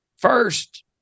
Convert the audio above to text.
first